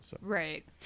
Right